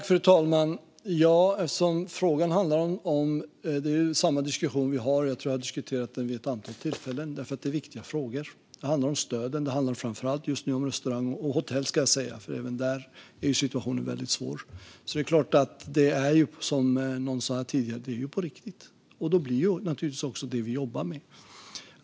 Fru talman! Frågan handlar om en diskussion som vi har haft vid ett antal tillfällen eftersom detta är viktiga frågor. Det handlar om stöden, och just nu framför allt om stöden till restauranger - och till hotell, ska jag säga, för även där är situationen väldigt svår. Som någon sa här tidigare är detta på riktigt, och därför blir det naturligtvis också det vi jobbar med.